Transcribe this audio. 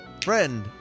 friend